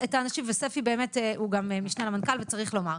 וספי באמת הוא גם משנה למנכ"ל, צריך לומר.